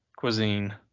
cuisine